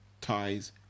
ties